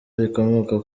rikomoka